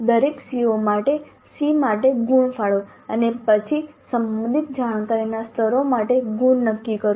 દરેક CO માટે SEE માટે ગુણ ફાળવો અને પછી સંબંધિત જાણકારીના સ્તરો માટે ગુણ નક્કી કરો